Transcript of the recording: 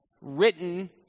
written